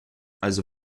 also